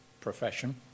profession